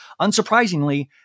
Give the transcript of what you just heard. Unsurprisingly